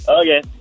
Okay